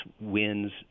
wins